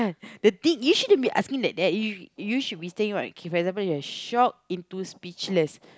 the thing you shouldn't be asking like that you you should be saying like kay for example you're shocked into speechless